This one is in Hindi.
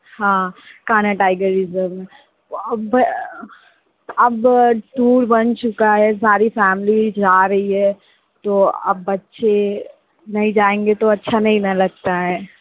हाँ कान्हा टाइगर रिज़र्व में अब अब टूर बन चुका है सारी फ़ैमिली जा रही है तो अब बच्चे नहीं जाएँगे तो अच्छा नहीं ना लगता है